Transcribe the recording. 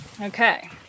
okay